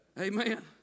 Amen